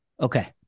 Okay